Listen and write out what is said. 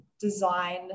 design